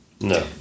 No